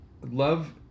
Love